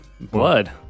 Blood